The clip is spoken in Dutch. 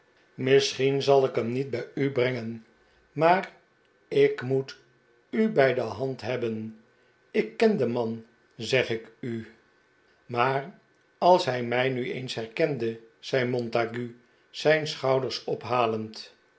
misschien zal ik u niet bij hem brengen maar ik moet u bij de hand hebben ik ken den man zeg ik u maar als hij mij nu eens herkende zei montague zijn schouders ophalend